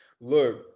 Look